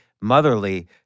motherly